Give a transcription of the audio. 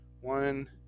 one